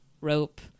rope